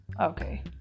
Okay